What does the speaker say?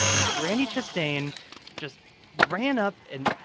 and brandi chastain just ran up and